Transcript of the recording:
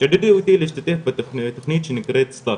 שעודדו אותי להשתתף בתוכנית שנקראת ספרטיק,